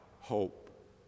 hope